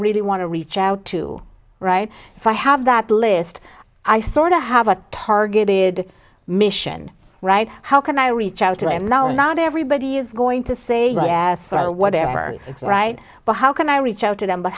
really want to reach out to right if i have that list i sorta have a targeted mission right how can i reach out to him now and not everybody is going to say yes or whatever right but how can i reach out to them but